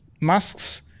Musk's